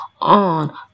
on